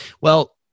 Well-